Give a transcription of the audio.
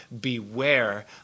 Beware